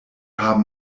haben